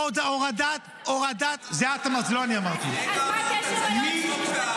אה, אז הורדת הדירוג זה בגלל היועצת המשפטית.